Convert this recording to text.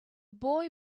boy